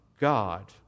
God